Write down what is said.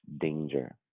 danger